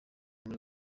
muri